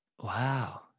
Wow